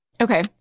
Okay